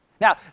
Now